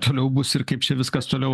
toliau bus ir kaip čia viskas toliau